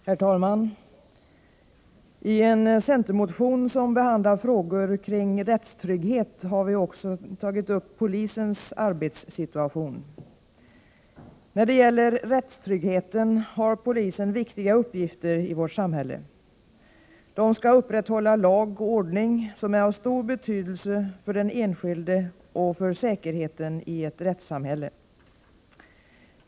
Herr talman! I en centermotion som behandlar frågor om rättstrygghet har vi också tagit upp polisens arbetssituation. När det gäller rättstryggheten har polisen viktiga uppgifter i vårt samhälle. Den skall upprätthålla lag och ordning, vilket är av stor betydelse för den enskilde och för säkerheten i ett rättssamhälle.